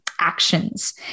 actions